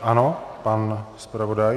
Ano, pan zpravodaj.